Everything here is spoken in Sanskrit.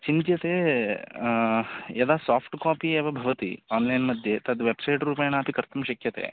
चिन्त्यते यदा साफ़्ट् कापि एव भवति आन्लैन् मध्ये तद् वेब्सैट् रूपेणापि कर्तुं शक्यते